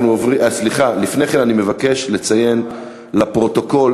אני מבקש לציין לפרוטוקול